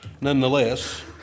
nonetheless